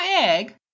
egg